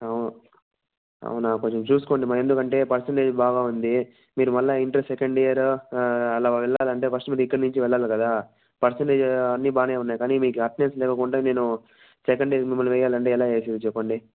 అవు అవునా కొంచెం చూసుకోండి మా ఎందుకంటే పర్సెంటేజ్ ఉంది మీరు మళ్ళీ ఇంటర్ సెకండ్ ఇయర్ అలా వెళ్ళాలంటే ఫస్టు మీరిక్కడి నించి వెళ్ళాలి కదా పర్సెంటేజ్ అన్నీ బాగానే ఉన్నాయి కానీ మీకు అటెండెన్స్ లేకుంటే నేను సెకండ్ ఇయర్ మిమ్మల్ని వేయాలంటే ఎలా వేసేది చెప్పండి